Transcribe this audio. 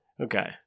Okay